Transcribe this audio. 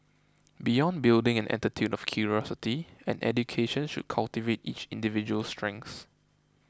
beyond building an attitude of curiosity an education should cultivate each individual's strengths